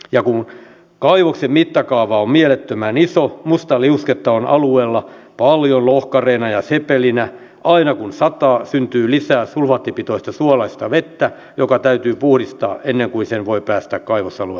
ja kun kaivoksen mittakaava on mielettömän iso mustaliusketta on alueella paljon lohkareena ja sepelinä niin aina kun sataa syntyy lisää sulfaattipitoista suolaista vettä joka täytyy puhdistaa ennen kuin sen voi päästää kaivosalueelta pois